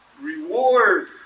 reward